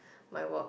my work